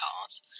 cars